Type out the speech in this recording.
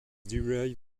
derived